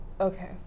Okay